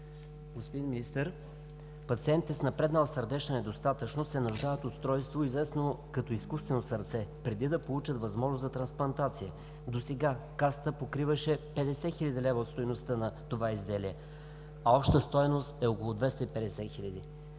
Господин Министър, пациентите с напреднала сърдечна недостатъчност се нуждаят от устройство, известно като „изкуствено сърце“, преди да получат възможност за трансплантация. Досега Касата покриваше 50 хил. лв. от стойността на това изделие, а общата стойност е около 250 хиляди.